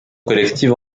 collective